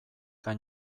hain